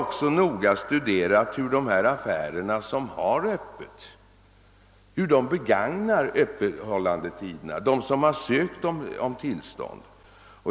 Jag har noga studerat hur de affärer som sökt tillstånd begagnat sig av möjligheterna till öppethållande.